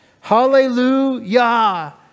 Hallelujah